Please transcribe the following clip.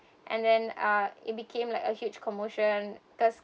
and then uh it became like a huge commotion